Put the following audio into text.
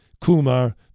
Kumar